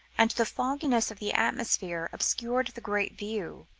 and the fogginess of the atmosphere obscured the great view,